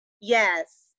Yes